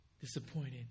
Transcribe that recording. disappointed